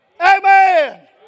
Amen